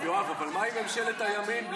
אני לא חושבת שאסור שיהיו אנשים שלא יחשבו כמוך.